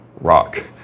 rock